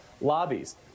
lobbies